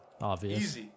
Obvious